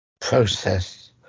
process